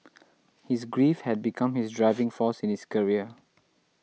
his grief had become his driving force in his career